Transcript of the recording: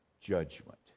judgment